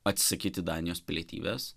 atsisakyti danijos pilietybės